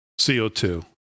CO2